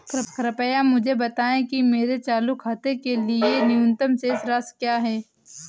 कृपया मुझे बताएं कि मेरे चालू खाते के लिए न्यूनतम शेष राशि क्या है?